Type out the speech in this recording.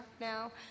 now